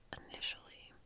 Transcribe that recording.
initially